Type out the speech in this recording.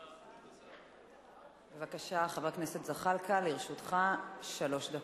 בבקשה, לרשותך שלוש דקות.